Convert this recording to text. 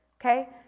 Okay